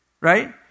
right